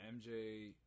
MJ